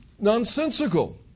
nonsensical